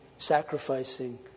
sacrificing